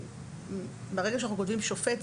ברגע שאנחנו כותבים שופט,